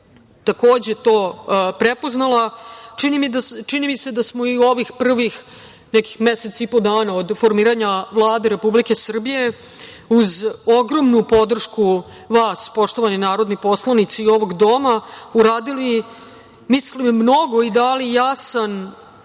takođe, to prepoznala. Čini mi se da smo i u ovih prvih nekih mesec i po dana od formiranja Vlade Republike Srbije uz ogromnu podršku vas, poštovani narodni poslanici, ovog Doma, uradili, dali ste jasan